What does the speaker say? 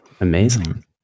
amazing